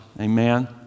Amen